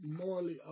Morally